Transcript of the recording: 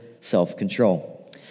self-control